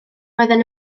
roedden